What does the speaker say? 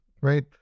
right